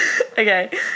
Okay